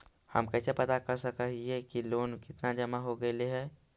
हम कैसे पता कर सक हिय की लोन कितना जमा हो गइले हैं?